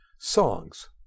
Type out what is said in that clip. Songs